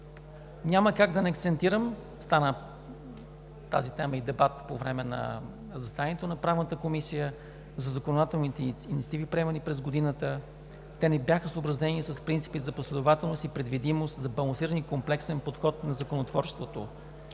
Няма как да не акцентирам, стана тази тема и дебат по време на заседанието на Правната комисия, за законодателните инициативи, приемани през годината. Те не бяха съобразени с принципите за последователност и предвидимост, за балансиран и комплексен подход на законотворчеството,